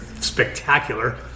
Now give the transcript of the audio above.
spectacular